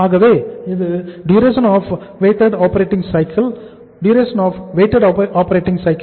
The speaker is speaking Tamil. ஆகவே இது Dwoc ஆகும் அதாவது duration of weighted operating cycle